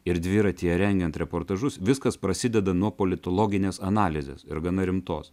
ir dviratyje rengiant reportažus viskas prasideda nuo politologinės analizės ir gana rimtos